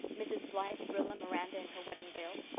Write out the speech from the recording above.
mrs. blythe, rilla, miranda in her wedding-veil.